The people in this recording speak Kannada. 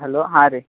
ಹಲೋ ಹಾಂ ರಿ